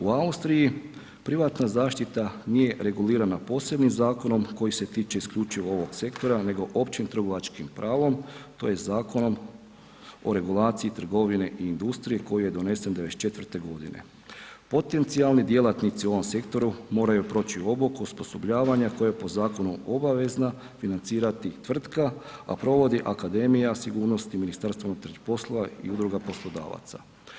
U Austriji privatna zaštita nije regulirana posebnim zakonom koji se tiče isključivo ovog sektora, nego općim trgovačkim pravom tj. Zakonom o regulaciji trgovine i industrije koji je donesen 94.g. Potencijalni djelatnici u ovom sektoru moraju proći obuku, osposobljavanja koja je po zakonu obavezna financirati tvrtka, a provodi Akademija sigurnosti MUP-a i udruga poslodavaca.